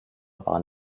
waren